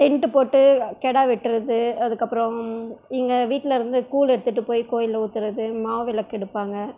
tent போட்டு கிடா வெட்டுறது அதுக்கப்புறம் இங்கே வீட்டில் இருந்து கூழ் எடுத்துகிட்டுப் போய் கோயிலில் ஊற்றுறது மாவிளக்கு எடுப்பாங்க